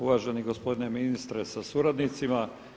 Uvaženi gospodine ministre sa suradnicima.